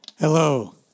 Hello